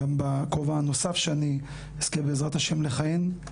גם בכובע הנוסף שאני אזכה בעזרת השם לכהן,